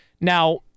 Now